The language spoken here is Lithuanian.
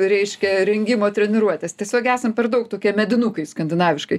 reiškia rengimo treniruotės tiesiog esam per daug tokie medinukai skandinaviškai